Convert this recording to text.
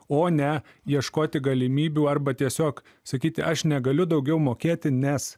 o ne ieškoti galimybių arba tiesiog sakyti aš negaliu daugiau mokėti nes